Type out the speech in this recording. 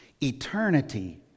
eternity